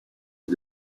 est